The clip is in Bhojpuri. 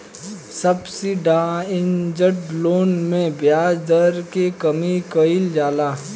सब्सिडाइज्ड लोन में ब्याज दर के कमी कइल जाला